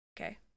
Okay